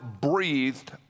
breathed